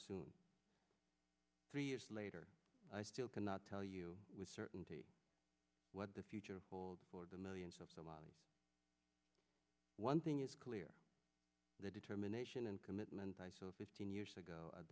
soon three years later i still cannot tell you with certainty what the future holds for the millions of so one thing is clear the determination and commitment i saw fifteen years ago at